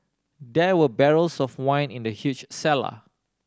there were barrels of wine in the huge cellar